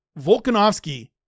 Volkanovsky